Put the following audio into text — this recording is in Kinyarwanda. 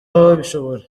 babishobora